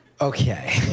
okay